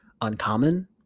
uncommon